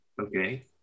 Okay